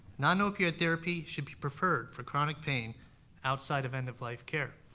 non-opioid therapy should be preferred for chronic pain outside of end-of-life care.